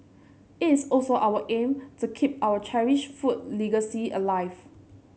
it is also our aim to keep our cherished food legacy alive